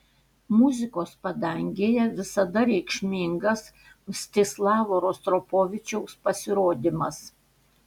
muzikos padangėje visada reikšmingas mstislavo rostropovičiaus pasirodymas